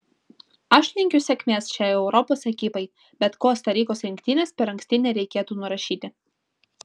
aš linkiu sėkmės šiai europos ekipai bet kosta rikos rinktinės per anksti nereikėtų nurašyti